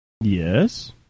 Yes